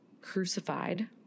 crucified